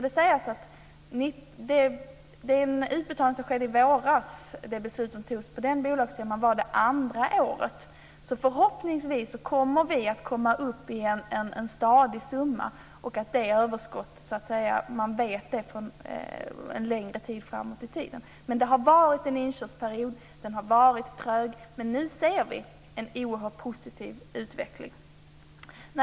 Den utbetalning som skedde i våras var den andra i ordningen. Förhoppningsvis kommer man att komma fram till en stadig summa så att man vet hur stort överskottet blir en lägre tid framöver. Men det har varit en inkörningsperiod som har varit trög. Nu ser vi en oerhört positiv utveckling.